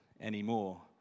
anymore